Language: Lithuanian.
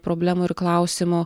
problemų ir klausimų